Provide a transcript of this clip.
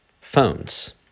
phones